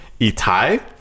itai